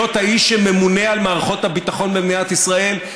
להיות האיש שממונה על מערכות הביטחון במדינת ישראל.